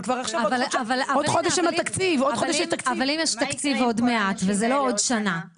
אבל אם יש תקציב עוד מעט וזה לא עוד שנה,